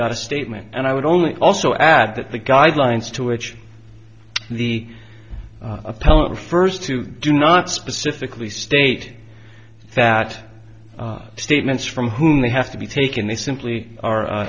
got a statement and i would only also add that the guidelines to which the appellant are first to do not specifically state that of statements from whom they have to be taken they simply are